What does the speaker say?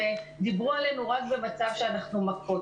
ודיברו עלינו רק במצב שאנחנו מכות.